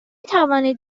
توانید